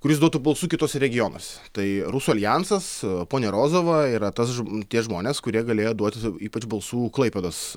kuris duotų balsų kituose regionuose tai rusų aljansas ponia rozova yra tas tie žmonės kurie galėjo duoti ypač balsų klaipėdos